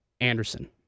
Anderson